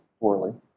poorly